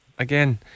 Again